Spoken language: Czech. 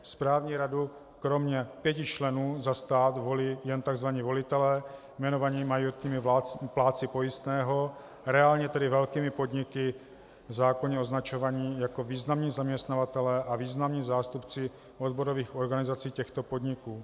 Správní radu kromě pěti členů za stát volí jen takzvaní volitelé jmenovaní majoritními plátci pojistného, reálně tedy velkými podniky v zákoně označovanými jako významní zaměstnavatelé a významní zástupci odborových organizací těchto podniků.